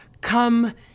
come